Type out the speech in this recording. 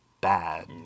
bad